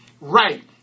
right